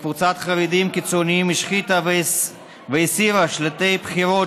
וקבוצת חרדים קיצוניים השחיתה והסירה שלטי בחירות